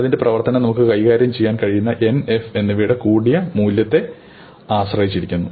അതിന്റെ പ്രവർത്തനം നമുക്ക് കൈകാര്യം ചെയ്യാൻ കഴിയുന്ന N F എന്നിവയുടെ കൂടിയ മൂല്യത്തെ ആശ്രയിച്ചിരിക്കുന്നു